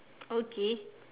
okay